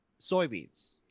soybeans